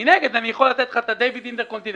ומנגד אני יכול להציג לך את "דיוויד אינטרקונטיננטל",